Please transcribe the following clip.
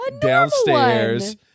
downstairs